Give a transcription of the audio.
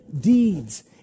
deeds